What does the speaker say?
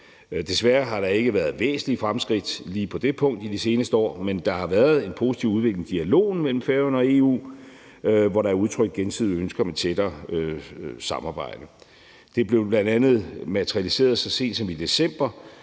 Desværre har der ikke været væsentlige fremskridt lige på det punkt i de seneste år, men der har været en positiv udvikling i dialogen mellem Færøerne og EU, hvor der er blevet udtrykt gensidigt ønske om et tættere samarbejde. Det blev bl.a. materialiseret så sent som i december,